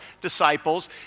disciples